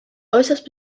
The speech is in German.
äußerst